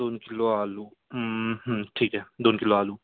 दोन किलो आलू ठीक आहे दोन किलो आलू